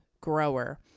grower